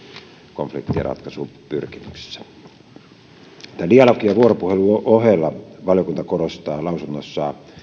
konfliktinratkaisupyrkimyksissä tämän dialogin ja vuoropuhelun ohella valiokunta korostaa lausunnossaan